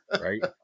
Right